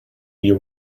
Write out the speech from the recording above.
you